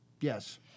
yes